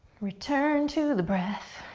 return to the breath.